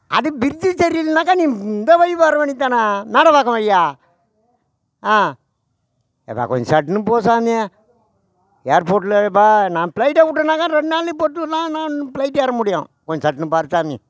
அது பிரிஜ்ஜி சரியில்லைன்னாக்கா நீ இந்த வழி வர வேண்டிய தானே மேடவாக்கம் வழியாக ஆ எப்பா கொஞ்சம் சட்டுன்னு போ சாமி ஏர்போர்ட்டுப்பா நான் ப்ளைட்டை விட்டேன்னாக்கா ரெண்டு நாளைக்கு பொறுத்து தான் நான் ப்ளைட் ஏற முடியும் கொஞ்சம் சட்டுன்னு பார் சாமி